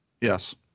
Yes